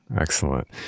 Excellent